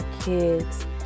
kids